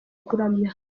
kuramya